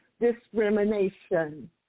discrimination